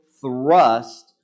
thrust